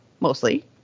mostly